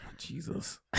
Jesus